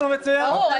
ברור,